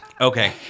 Okay